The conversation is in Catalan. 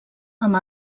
amb